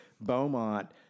Beaumont